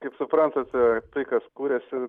kaip suprantate tai kas kuriasi